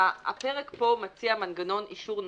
הפרק פה מציע מנגנון אישור מסוים,